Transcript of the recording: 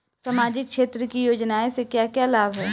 सामाजिक क्षेत्र की योजनाएं से क्या क्या लाभ है?